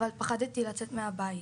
אבל פחדתי לצאת מהבית.